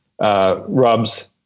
rubs